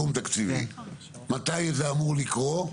מתי זה אמור לקרות?